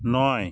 নয়